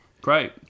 Great